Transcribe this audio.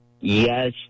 yes